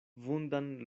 vundan